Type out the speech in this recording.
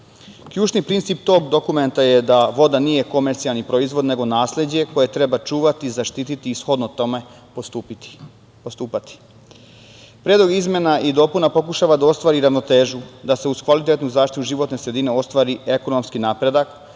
Ključni princip tog dokumenta je da voda nije komercijalni proizvod nego nasleđe koje treba čuvati, zaštititi i shodno tome postupati. Predlog izmena i dopuna pokušava da ostvari ravnotežu, da se uz kvalitetnu zaštitu životne sredine ostvari ekonomski napredak,